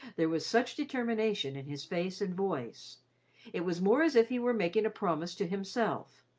there was such determination in his face and voice it was more as if he were making a promise to himself,